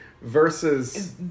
versus